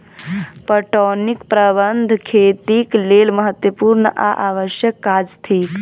पटौनीक प्रबंध खेतीक लेल महत्त्वपूर्ण आ आवश्यक काज थिक